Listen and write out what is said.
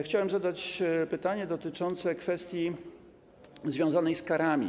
Chciałem zadać pytanie dotyczące kwestii związanej z karami.